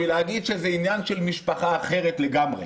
להגיד שזה עניין של משפחה אחרת לגמרי.